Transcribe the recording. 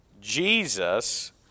Jesus